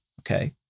okay